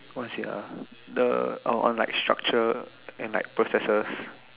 what is it ah the oh on like structure and like processes